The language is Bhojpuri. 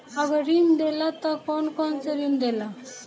अगर ऋण देला त कौन कौन से ऋण देला?